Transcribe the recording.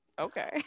Okay